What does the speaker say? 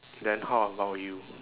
then how about you